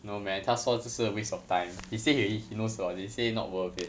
no man 他说这是 waste of time he say he already he knows about this he say not worth it